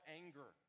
anger